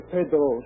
Pedro